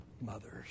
mothers